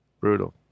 Brutal